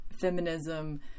feminism